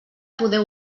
poder